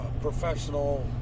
professional